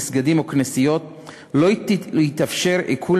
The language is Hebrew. במסגדים או בכנסיות לא יתאפשר עיקול